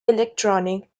electronic